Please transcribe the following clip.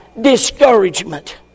discouragement